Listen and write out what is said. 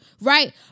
Right